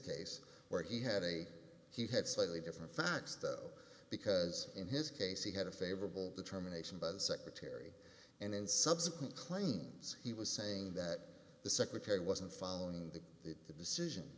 case where he had a he had slightly different facts because in his case he had a favorable determination by the secretary and in subsequent claims he was saying that the secretary wasn't following the decision